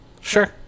Sure